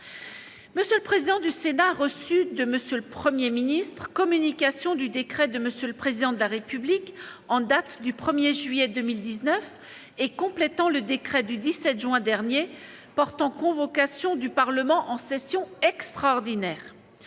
M. le président du Sénat a reçu de M. le Premier ministre communication du décret de M. le Président de la République en date du 1 juillet 2019 et complétant le décret du 17 juin dernier portant convocation du Parlement en session extraordinaire.